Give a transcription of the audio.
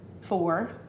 four